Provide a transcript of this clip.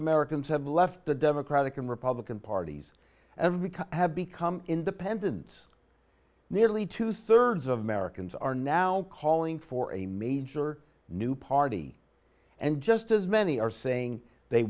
americans have left the democratic and republican parties every have become independent nearly two thirds of americans are now calling for a major new party and just as many are saying they